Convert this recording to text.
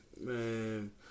Man